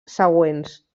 següents